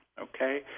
Okay